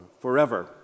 forever